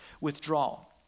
withdrawal